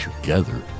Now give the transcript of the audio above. Together